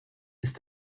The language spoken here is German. ist